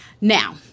Now